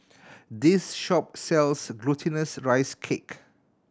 this shop sells Glutinous Rice Cake